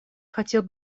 хотел